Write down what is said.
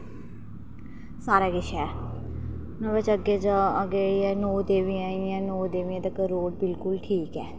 सारा किश ऐ न्हाड़े कशा अग्गें जाइयै नौ देवियां आइयां नौ देवियां तक्कर रोड़ बिल्कुल ठीक ऐ